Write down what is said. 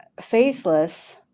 faithless